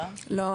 לא,